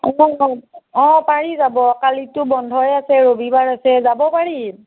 অঁ অঁ পাৰি যাব কালিতো বন্ধই আছে ৰবিবাৰ আছে যাব পাৰি